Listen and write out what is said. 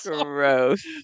Gross